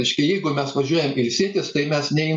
reiškia jeigu mes važiuojam ilsėtis tai mes nei